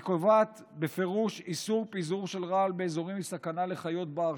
היא קובעת בפירוש איסור פיזור של רעל באזורים שהם בסכנה לחיות בר,